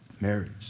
marriage